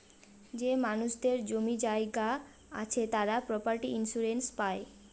যে মানুষদের জমি জায়গা আছে তারা প্রপার্টি ইন্সুরেন্স পাই